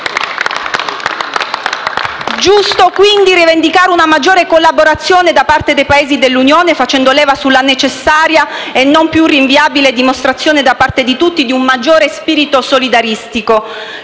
Giusto, quindi, rivendicare una maggiore collaborazione da parte dei Paesi dell'Unione facendo leva sulla necessaria e non più rinviabile dimostrazione da parte di tutti di un maggiore spirito solidaristico.